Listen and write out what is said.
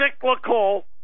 cyclical